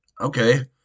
Okay